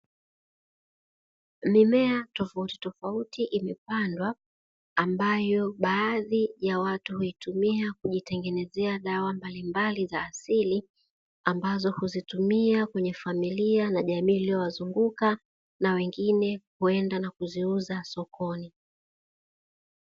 Mimea tofautitofauti imepandwa ambayo baadhi ya watu huitumia kujitengenezea dawa mbalimbali za asili. Ambazo huzitumia kwenye familia na jamii iliyowazunguka, na wengine kwenda na kuziuza sokoni.